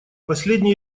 последний